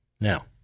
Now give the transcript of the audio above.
Now